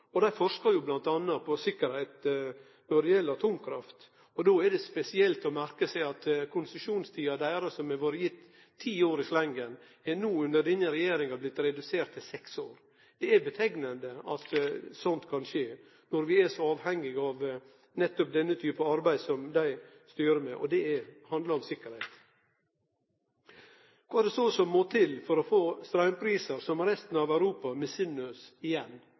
det dei jobba med. Dei forskar jo bl.a. på sikkerheit når det gjeld atomkraft, og då er det spesielt å merke seg at konsesjonstida deira som har vore gitt ti år i slengen, under denne regjeringa har blitt redusert til seks år. Det er slåande at sånt kan skje når vi er så avhengige av nettopp denne typen arbeid som dei styrer med, og det handlar om sikkerheit. Kva er det så som må til for å få straumprisar som resten av Europa misunner oss, igjen?